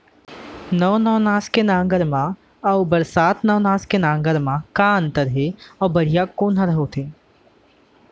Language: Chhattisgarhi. नौ नवनास के नांगर अऊ बरसात नवनास के नांगर मा का अन्तर हे अऊ बढ़िया कोन हर होथे?